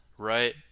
Right